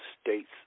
states